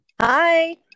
hi